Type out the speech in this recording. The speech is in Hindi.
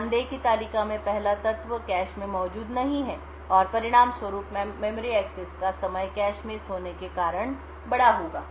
ध्यान दें कि तालिका में पहला तत्व कैश में मौजूद नहीं है और परिणामस्वरूप मेमोरी एक्सेस का समय कैश मिस होने के कारण बड़ा होगा